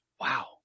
wow